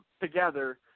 together